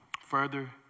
further